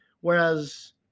Whereas